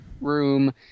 room